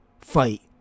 Fight